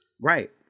Right